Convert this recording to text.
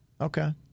Okay